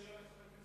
רציתי לשאול.